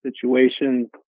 situations